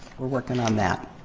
we're working on that.